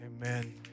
Amen